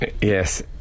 yes